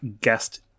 guest